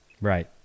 Right